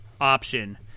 option